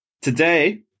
Today